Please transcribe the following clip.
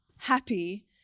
happy